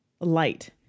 light